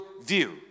view